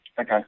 Okay